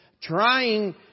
trying